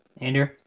Andrew